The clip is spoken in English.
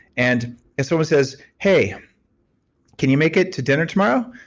and if someone says, hey can you make it to dinner tomorrow?